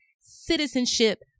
citizenship